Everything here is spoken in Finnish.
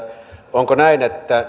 onko näin että